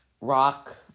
rock